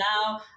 now